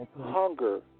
hunger